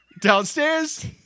downstairs